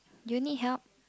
do you need help